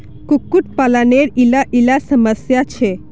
कुक्कुट पालानेर इला इला समस्या छे